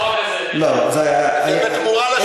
לא, זה היה, זה בתמורה לשיפוע.